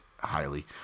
highly